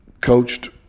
coached